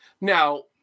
now